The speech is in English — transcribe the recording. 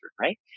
right